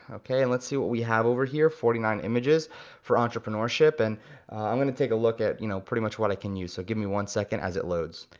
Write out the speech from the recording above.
ah okay and let's see what we have over here, forty nine images for entrepreneurship, and i'm gonna take a look at you know pretty much what i can use so give me one second as it loads.